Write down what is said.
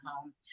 home